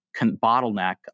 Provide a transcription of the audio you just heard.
bottleneck